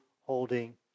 holding